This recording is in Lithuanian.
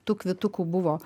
tų kvitukų buvo